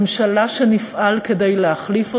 ממשלה שנפעל כדי להחליף אותה,